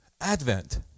Advent